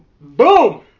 BOOM